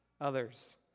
others